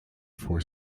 for